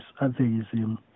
atheism